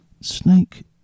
Snake